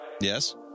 Yes